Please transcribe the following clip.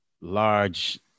large